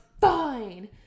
Fine